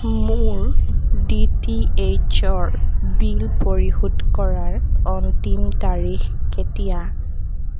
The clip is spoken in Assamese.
মোৰ ডি টি এইচৰ বিল পৰিশোধ কৰাৰ অন্তিম তাৰিখ কেতিয়া